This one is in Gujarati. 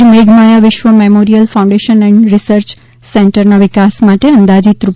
વીર મેઘમાયા વિશ્વ મેમોરીયલ ફાઉન્ડેશન એન્ડ રિસર્ચ સેન્ટરના વિકાસ માટે અંદાજીત રૂ